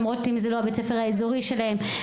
ואם זה לא הבית ספר האזורי שלהם,